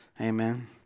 Amen